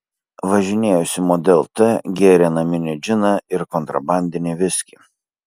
važinėjosi model t gėrė naminį džiną ir kontrabandinį viskį